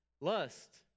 lust